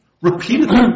repeatedly